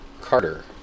Carter